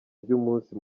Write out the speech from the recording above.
ry’umunsi